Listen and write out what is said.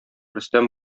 рөстәм